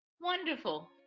Wonderful